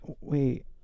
Wait